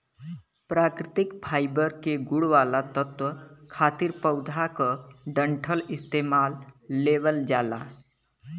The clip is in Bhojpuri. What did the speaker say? प्राकृतिक फाइबर के गुण वाला तत्व खातिर पौधा क डंठल इस्तेमाल लेवल जाला